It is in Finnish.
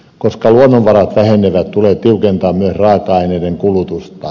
koska luonnonvarat vähenevät tulee tiukentaa myös raaka aineiden kulutusta